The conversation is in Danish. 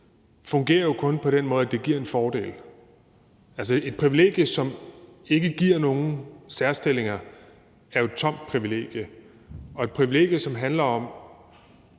fungerer jo kun på den måde, at det giver en fordel. Et privilegie, som ikke giver nogen særstillinger, er jo et tomt privilegie; og et privilegie, som handler om